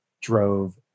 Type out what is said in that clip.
drove